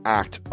act